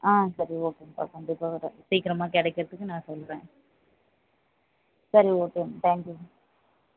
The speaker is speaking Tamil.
ஆ சரி ஓகேங்கப்பா கண்டிப்பாக வரேன் சீக்கிரமா கிடைக்கிறதுக்கு நான் சொல்லுறேன் சரி ஓகே ம் தேங்க் யூ